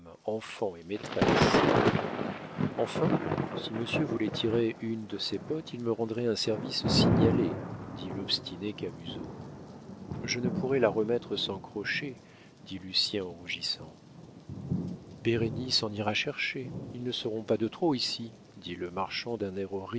enfants et maîtresse enfin si monsieur voulait tirer une de ses bottes il me rendrait un service signalé dit l'obstiné camusot je ne pourrais la remettre sans crochets dit lucien en rougissant bérénice en ira chercher ils ne seront pas de trop ici dit le marchand d'un